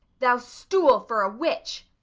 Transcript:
thou stool for a witch!